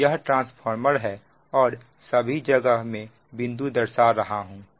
तो यह ट्रांसफार्मर है और सभी जगह में बिंदु दर्शा रहा हूं